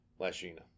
Lashina